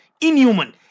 inhuman